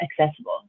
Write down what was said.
accessible